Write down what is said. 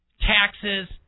taxes